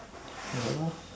ya lah